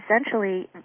essentially